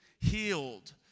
healed